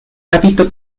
hábito